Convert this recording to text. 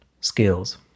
skills